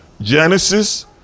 Genesis